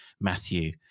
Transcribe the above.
Matthew